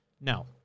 No